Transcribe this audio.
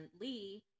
Lee